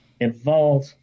evolve